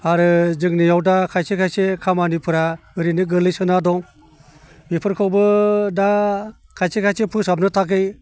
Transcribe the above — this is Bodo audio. आरो जोंनियाव दा खायसे खायसे खामानिफोरा ओरैनो गोग्लैसोना दं बेफोरखौबो दा खायसे खायसे फोसाबनो थाखाय